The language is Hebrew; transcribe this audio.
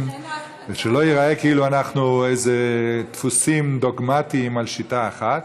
ושלא ייראה כאילו אנחנו באיזה דפוסים דוגמטיים של שיטה אחת.